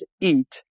eat